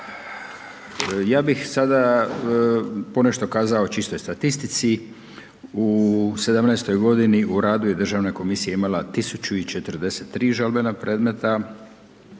Ja bih sada ponešto kazao o čistoj statistici, u 17.-toj godini u radu je Državna komisija imala 1043 žalbena predmeta,